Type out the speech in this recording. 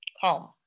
calm